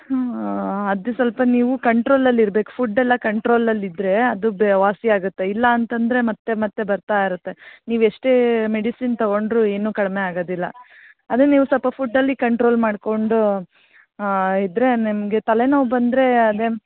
ಹ್ಞೂ ಅದು ಸ್ವಲ್ಪ ನೀವು ಕಂಟ್ರೋಲಲ್ಲಿ ಇರ್ಬೇಕು ಫುಡ್ ಎಲ್ಲಾ ಕಂಟ್ರೋಲಲ್ಲಿ ಇದ್ದರೆ ಅದು ಬೇ ವಾಸಿಯಾಗುತ್ತೆ ಇಲ್ಲಾಂತಂದರೆ ಮತ್ತೆ ಮತ್ತೆ ಬರುತ್ತಾ ಇರುತ್ತೆ ನೀವು ಎಷ್ಟೇ ಮೆಡಿಸಿನ್ ತಗೊಂಡರು ಏನೂ ಕಡಿಮೆ ಆಗೋದಿಲ್ಲ ಅಂದರೆ ನೀವು ಸ್ವಲ್ಪ ಫುಡ್ಡಲ್ಲಿ ಕಂಟ್ರೋಲ್ ಮಾಡ್ಕೊಂಡು ಇದ್ದರೆ ನಿಮಗೆ ತಲೆನೋವು ಬಂದರೆ ಅದೇ